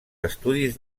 estudis